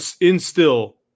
instill